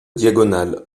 diagonales